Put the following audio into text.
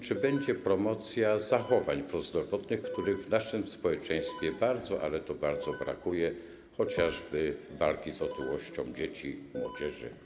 Czy będzie promocja zachowań prozdrowotnych, których w naszym społeczeństwie bardzo, ale to bardzo brakuje, chociażby w przypadku walki z otyłością dzieci i młodzieży?